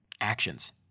Actions